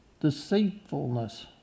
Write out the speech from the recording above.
deceitfulness